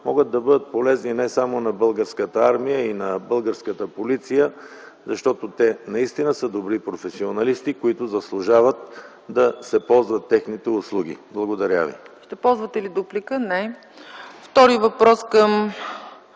могат да бъдат полезни не само на Българската армия и на българската полиция, защото те наистина са добри професионалисти и заслужават да се ползват техните услуги. Благодаря ви. ПРЕДСЕДАТЕЛ ЦЕЦКА ЦАЧЕВА: Ще ползвате ли дуплика? Не. Има втори въпрос към